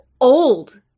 old